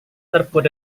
terbuat